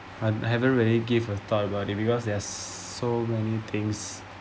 um haven't really give a thought about it because there are so many things